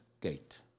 Gate